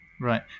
right